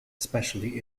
especially